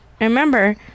remember